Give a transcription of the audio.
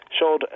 showed